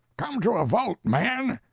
come to a vote, men!